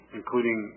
including